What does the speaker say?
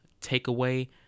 takeaway